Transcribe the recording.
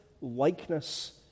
likeness